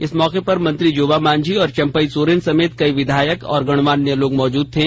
इस मौके पर मंत्री जोबा मांझी और चंपई सोरेन समेत कई विधायक तथा गणमान्य लोग मौजूद थे